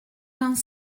vingt